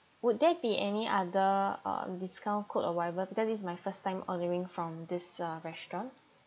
would there be any other uh discount code or whatever because this is my first time ordering from this uh restaurant